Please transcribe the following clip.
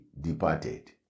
departed